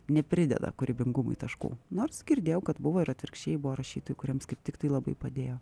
neprideda kūrybingumui taškų nors girdėjau kad buvo ir atvirkščiai buvo rašytojų kuriems kaip tik tai labai padėjo